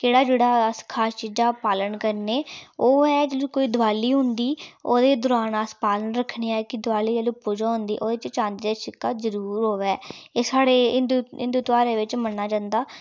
केह्ड़ा जेह्ड़ा अस खास चीजां दा अस पालन करने ओह् ऐ जेल्लै कोई दिवाली होंदी ओह्दे दरान अस पालन रक्खने आं के दिवाली दी जेल्लै पूज़ा होंदी ओह्दे च चांदी दा सिक्का जरूर होऐ एह् स्हाड़े हिन्दू हिन्दू धेयारें बिच्च मन्नेआ जन्दा